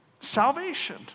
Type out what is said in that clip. salvation